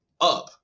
up